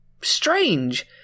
strange